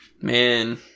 Man